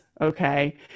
okay